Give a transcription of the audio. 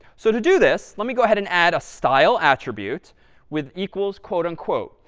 so to do this, let me go ahead and add a style attribute with equals quote unquote.